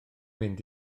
mynd